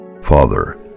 Father